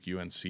UNC